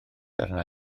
arna